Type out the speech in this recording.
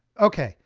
okay.